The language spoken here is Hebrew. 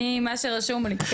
אני, מה שרשום לי.